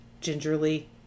gingerly